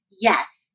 Yes